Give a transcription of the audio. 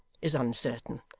is uncertain.